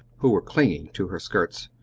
who were clinging to her skirts.